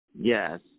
Yes